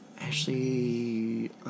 Ashley